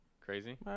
crazy